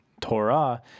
Torah